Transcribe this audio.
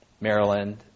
Maryland